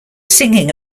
singing